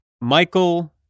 Michael